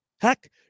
Heck